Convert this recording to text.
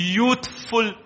youthful